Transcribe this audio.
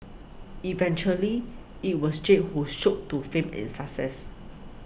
eventually it was Jake who shot to fame and success